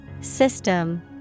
System